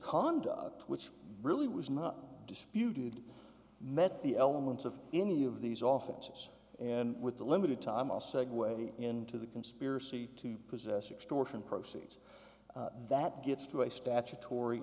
conduct which really was not disputed met the elements of any of these officers and with the limited time a segue into the conspiracy to possess extortion proceeds that gets to a statutory